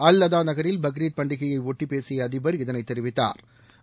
அல் அதா நகரில் பக்ரீத் பண்டிகையையொட்டி பேசிய அதிபர் இதனை தெரிவித்தாா்